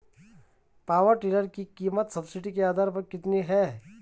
Power tiller की कीमत subsidy के आधार पर कितनी है?